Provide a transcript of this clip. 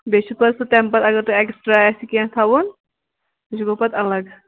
بیٚیہِ چھُ پَتہٕ سُہ تَمہِ پَتہٕ اگر تۄہہِ ایکٕسٹرٛا آسہِ کینٛہہ تھَاوُن سُہ دِمو پَتہٕ الگ